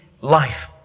life